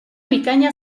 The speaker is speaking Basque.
bikaina